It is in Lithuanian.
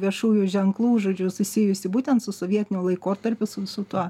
viešųjų ženklų žodžiu susijusi būtent su sovietiniu laikotarpiu su su tuo